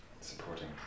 supporting